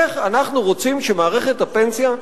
איך אנחנו רוצים שמערכת הפנסיה,